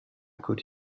could